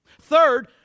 Third